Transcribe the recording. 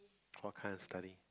what kind of study